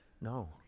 No